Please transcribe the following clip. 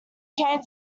came